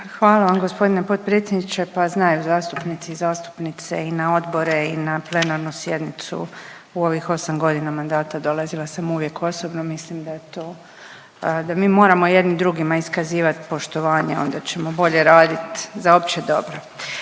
Hvala vam gospodine potpredsjedniče. Pa znaju zastupnici i zastupnice i na odbore i na plenarnu sjednicu u ovih 8 godina mandata dolazila sam uvijek osobno. Mislim da je to, da mi moramo jedni drugima iskazivati poštovanje. Onda ćemo bolje radit za opće dobro.